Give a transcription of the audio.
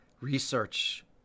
research